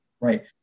right